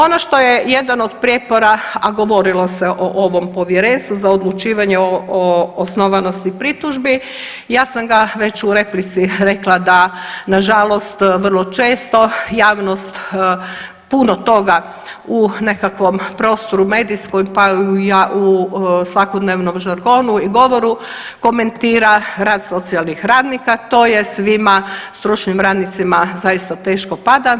Ono što je jedan od prijepora, a govorilo se o ovom povjerenstvu za odlučivanje o osnovanosti pritužbi ja sam ga već u replici rekla da nažalost vrlo često javnost puno toga u nekakvom prostoru medijskom pa i u svakodnevnom žargonu i govoru komentira rad socijalnih radnika, to je svima stručnim radnicima zaista teško pada.